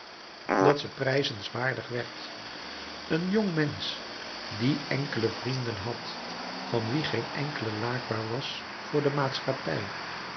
dat ze prijzenswaardig werd een jong mensch die enkele vrienden had van wie geen enkele laakbaar was voor de maatschappij